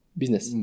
business